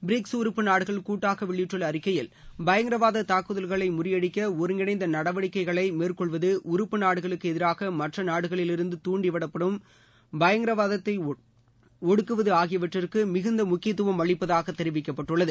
BRICS உறுப்பு நாடுகள் கூட்டாக வெளியிட்டுள்ள அறிக்கையில் பயங்கரவாத தாக்குதல்களை முறியடிக்க ஒருங்கிணைந்த நடவடிக்கைகளை மேற்கொள்வது உறுப்பு நாடுகளுக்கு எதிராக மற்ற நாடுகளிலிருந்து துண்டிவிடப்படும் பயங்கரவாதத்தை ஒடுக்குவது ஆகியவற்றுக்கு மிகுந்த முக்கியத்துவம் அளிப்பதாகத் தெரிவிக்கப்பட்டுள்ளது